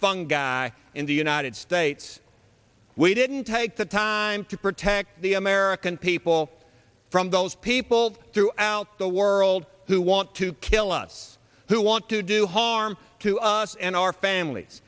fung guy in the united states we didn't take the time to protect the american people from those people throughout the world who want to kill us who want to do harm to us and our families